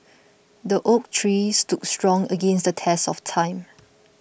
the oak tree stood strong against the test of time